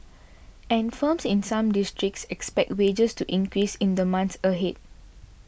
and firms in some districts expect wages to increase in the months ahead